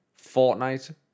Fortnite